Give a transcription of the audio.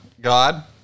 God